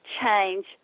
change